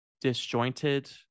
disjointed